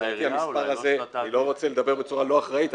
לדעתי המספר הזה אני לא רוצה לדבר בצורה לא אחראית,